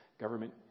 Government